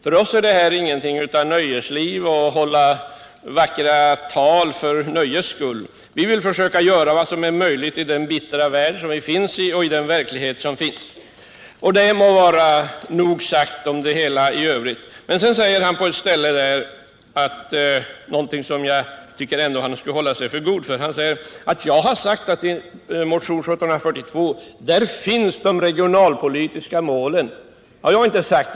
För oss är detta inte något av nöjesliv. Vi håller inte vackra tal för nöjes skull. Vi vill försöka göra vad som är möjligt i den bistra värld vi befinner oss i. Därmed nog sagt om det. Men Lars-Ove Hagberg sade någonting som jag tycker han skulle hålla sig för god för. Han sade att jag hade sagt att i motion 1742 finns de regionalpolitiska målen. Det har jag inte sagt.